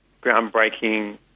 groundbreaking